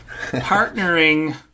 partnering